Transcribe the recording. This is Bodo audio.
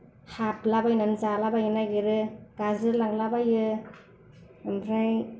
हाबला बायनानै जालाबायनो नागिरो गाजिर लांलाबायो ओमफ्राय